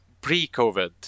pre-COVID